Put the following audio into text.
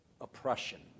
oppression